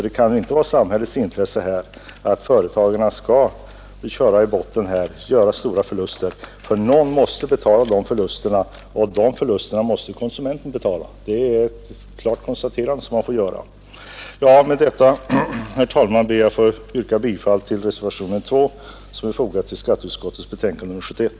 Det kan inte vara i samhällets intresse att man fortsätter att driva företag som gör stora förluster, ty någon måste betala dessa förluster. Ytterst blir det konsumenten som får betala. Med dessa ord, herr talman, ber jag att få yrka bifall till reservationen 2 vid skatteutskottets betänkande nr 71.